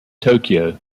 tokyo